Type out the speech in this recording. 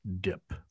dip